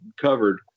covered